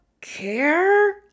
care